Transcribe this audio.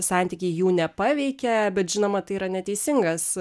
santykiai jų nepaveikė bet žinoma tai yra neteisingas